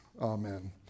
Amen